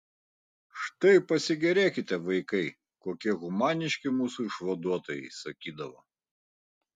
štai pasigėrėkite vaikai kokie humaniški mūsų išvaduotojai sakydavo